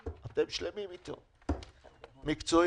מבחינה מקצועית?